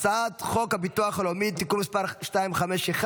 הצעת חוק הביטוח הלאומי (תיקון מס' 251),